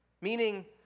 Meaning